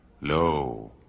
Lo